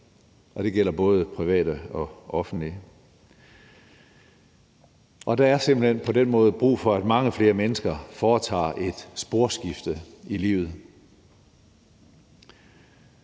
og det gælder både private og offentlige. Der er simpelt hen på den måde brug for, at mange flere mennesker foretager et sporskifte i livet.